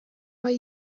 why